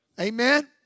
Amen